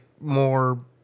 more